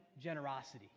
generosity